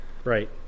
Right